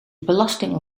belasting